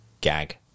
gag